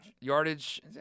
Yardage